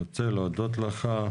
אני רוצה להודות לך,